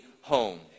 home